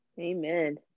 Amen